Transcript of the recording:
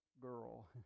girl